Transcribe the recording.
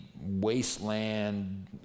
wasteland